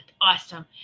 awesome